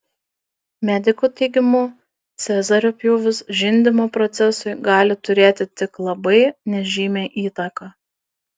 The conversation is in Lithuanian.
medikų teigimu cezario pjūvis žindymo procesui gali turėti tik labai nežymią įtaką